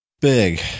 Big